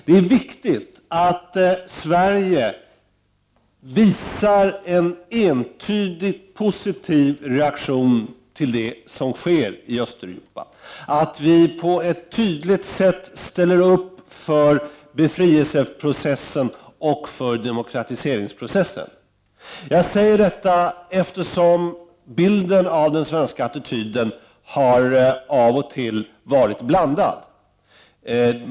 Det är viktigt att Sverige visar en entydigt positiv reaktion på det som sker i Östeuropa och att vi tydligt visar att vi ställer oss bakom befrielseprocessen och demokratiseringsprocessen. Jag säger detta eftersom bilden av den svenska attityden av och till varit oklar.